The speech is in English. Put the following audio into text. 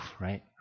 right